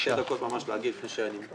ממש שתי דקות להגיב לפני שאני הולך.